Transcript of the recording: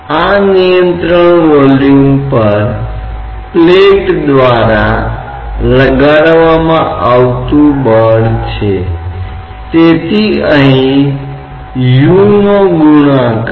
यदि आप किसी भी अन्य तरल पदार्थ का उपयोग करते हैं तो यह बहुत ज्यादा ऊंचाई पर कब्जा कर सकता है इसलिए यह एक अप्रबंधनीय उपकरण या अप्रबंधनीय लंबा उपकरण हो सकता है